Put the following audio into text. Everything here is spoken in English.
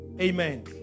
Amen